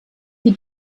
die